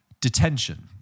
Detention